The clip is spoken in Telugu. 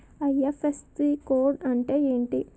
ఐ.ఫ్.ఎస్.సి కోడ్ అంటే ఏంటి?